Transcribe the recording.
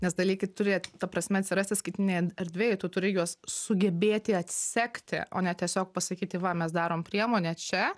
nes dalykai turi ta prasme atsirasti skaitmeninėj erdvėj tu turi juos sugebėti atsekti o ne tiesiog pasakyti va mes darom priemonę čia